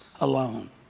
alone